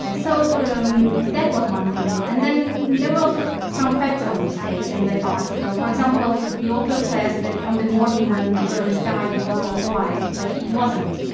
ah so um that was one thing. and then there were also some factual mistakes in that article. for example, the author says that on the morning when the journalist died, it was all quiet, but it wasn't.